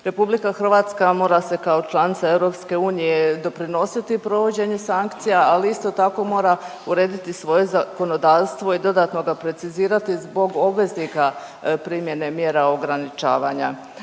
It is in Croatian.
osobe. RH mora se kao članica EU doprinositi provođenju sankcija, ali isto tako mora uredit svoje zakonodavstvo i dodatno ga precizirati zbog obveznika primjene mjera ograničavanja.